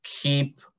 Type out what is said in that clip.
keep